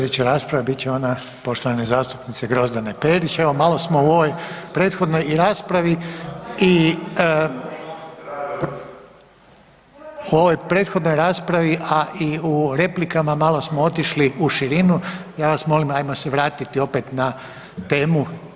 Slijedeća rasprava bit će ona poštovane zastupnice Grozdane Perić, evo malo smo u ovoj prethodnoj i raspravi i ovoj prethodnoj raspravi, a i u replikama malo smo otišli u širinu, ja vas molim ajmo se vratiti opet na temu.